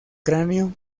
cráneo